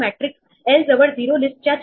हे मार्किंग लाल रंगाने दर्शवले आहे